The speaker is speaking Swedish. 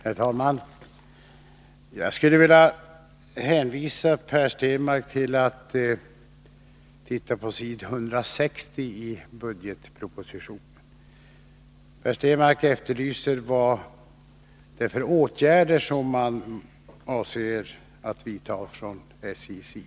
Herr talman! Jag skulle vilja be Per Stenmarck att titta på s. 160 i bilaga 8 till budgetpropositionen. Herr Stenmarck efterlyser vilka åtgärder som SJ avser att vidta.